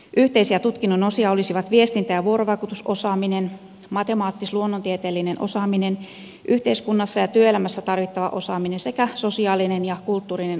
yhteisiä tutkinnon osia olisivat viestintä ja vuorovaikutusosaaminen matemaattis luonnontieteellinen osaaminen yhteiskunnassa ja työelämässä tarvittava osaaminen sekä sosiaalinen ja kulttuurinen osaaminen